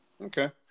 Okay